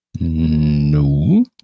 No